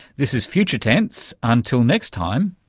this is future tense, until next time,